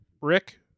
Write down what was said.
Rick